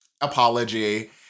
apology